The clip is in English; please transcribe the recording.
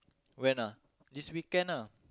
when ah this weekend ah